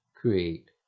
create